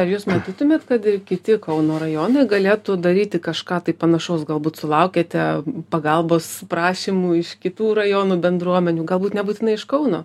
ar jūs matytumėt kad kiti kauno rajonai galėtų daryti kažką panašaus galbūt sulaukėte pagalbos prašymų iš kitų rajonų bendruomenių galbūt nebūtinai iš kauno